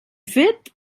fet